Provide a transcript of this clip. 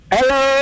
Hello